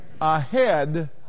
ahead